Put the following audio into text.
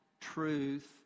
truth